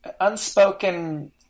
unspoken